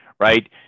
right